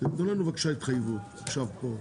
תנו לנו, בבקשה, התחייבות עכשיו פה,